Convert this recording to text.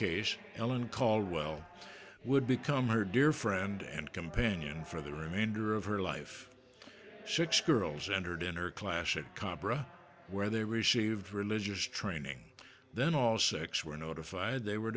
case helen caldwell would become her dear friend and companion for the remainder of her life six girls entered in her class at cobre where they received religious training then all six were notified they were